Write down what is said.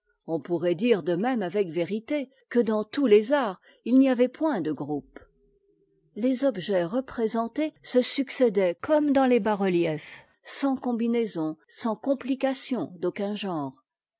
on pourrait dire de même avec vérité que dans tous les arts il n'y avait point de groupes les objets représentés se succédaient comme dans les bas-reliefs sans combinaison sans complication d'aucun genre